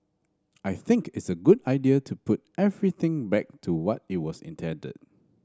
I think it's a good idea to put everything back to what it was intended